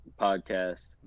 podcast